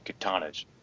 katanas